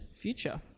future